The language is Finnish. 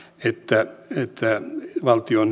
että että valtion